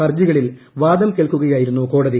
ഹർജികളിൽ വാദം കേൾക്കുകയായിരുന്നു കോടതി